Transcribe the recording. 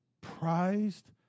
prized